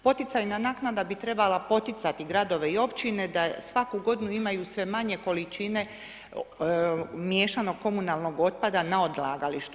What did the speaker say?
Poticajna naknada bi trebala poticati gradove i općine, da svaku godinu imaju sve manje količine miješanog komunalnog otpada na odlagalištu.